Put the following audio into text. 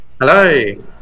Hello